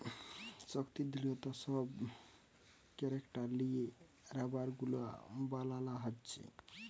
শক্তি, দৃঢ়তা সব ক্যারেক্টার লিয়ে রাবার গুলা বানানা হচ্ছে